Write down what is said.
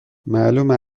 معلومه